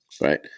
right